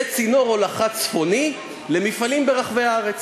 בצינור הולכה צפוני, למפעלים ברחבי הארץ.